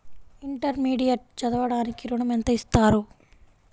Intermediate చదవడానికి ఋణం ఎంత ఇస్తారు?